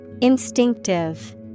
Instinctive